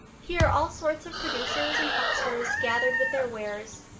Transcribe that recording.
here all sorts of producers and hucksters gathered with their wares.